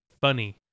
funny